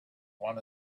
one